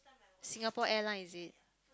Singapore Airline is it